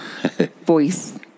voice